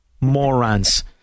Morons